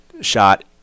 shot